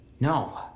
No